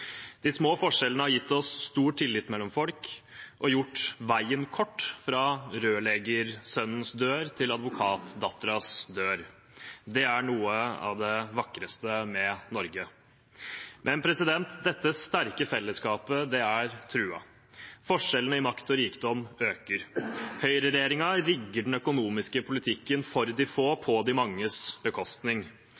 De små forskjellene har gitt oss stor tillit mellom folk og gjort veien kort fra rørleggersønnens dør til advokatdatterens dør. Det er noe av det vakreste med Norge. Men dette sterke fellesskapet er truet. Forskjellene i makt og rikdom øker. Høyreregjeringen rigger den økonomiske politikken for de få,